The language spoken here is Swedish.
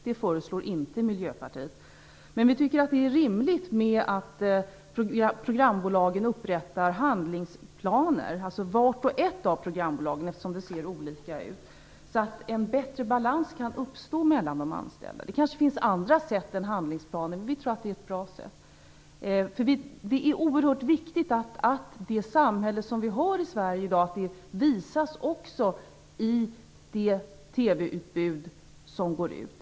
Det föreslår inte Miljöpartiet. Men vi tycker att det är rimligt att vart och ett av programbolagen upprättar handlingsplaner - det ser olika ut i de olika bolagen - så att en bättre balans kan uppstå mellan de anställda. Det kanske finns andra sätt att åstadkomma detta än handlingsplaner, men vi tror att det är ett bra sätt. Det är oerhört viktigt att det samhälle som vi har i Sverige i dag visas också i de TV-program som går ut.